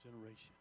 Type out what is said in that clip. generation